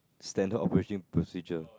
Standard operating procedure